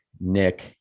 Nick